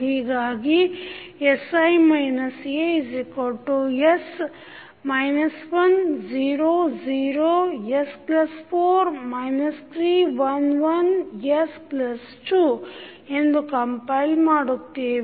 ಹೀಗಾಗಿ sI As 1 0 0 s4 3 1 1 s2 ಎಂದು compile ಮಾಡುತ್ತೇವೆ